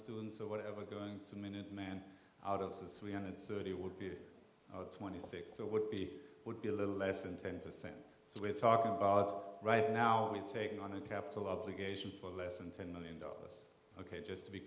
students or whatever going to minutemen out of this we understood it would be twenty six so it would be would be a little less than ten percent so we're talking about right now we're taking on the capital obligation for less than ten million dollars ok just to be